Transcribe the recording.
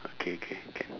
okay K can